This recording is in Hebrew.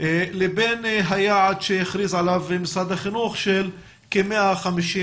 לבין היעד שהכריז עליו משרד החינוך של כ-150,000.